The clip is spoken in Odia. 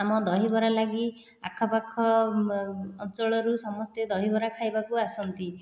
ଆମ ଦହିବରା ଲାଗି ଆଖପାଖ ଅଞ୍ଚଳରୁ ସମସ୍ତେ ଦହିବରା ଖାଇବାକୁ ଆସନ୍ତି